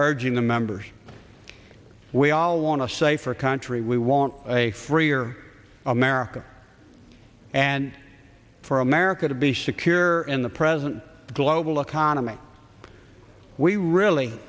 urging the members we all want to say for a country we want a freer america and for america to be secure in the present global economy we really